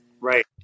Right